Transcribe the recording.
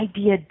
idea